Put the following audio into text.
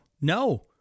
No